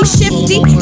shifty